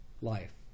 life